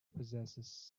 possesses